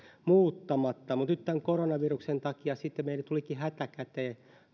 muuttamatta mutta nyt tämän koronaviruksen takia meille lahden kaupungilla tulikin hätä käteen